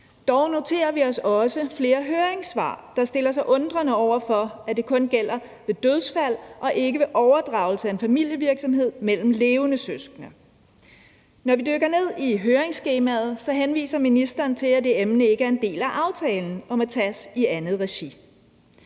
Dog noterer vi os også flere høringssvar, hvor man stiller sig undrende over for, at det kun gælder ved dødsfald og ikke ved overdragelse af en familievirksomhed mellem levende søskende. Når vi dykker ned i høringssvarene, henviser ministeren til, at det emne ikke er en del af aftalen og må tages i andet regi.